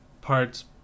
parts